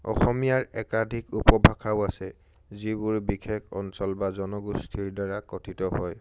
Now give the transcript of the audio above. অসমীয়াৰ একাধিক উপভাষাও আছে যিবোৰ বিশেষ অঞ্চল বা জনগোষ্ঠীৰ দ্বাৰা কঠিত হয়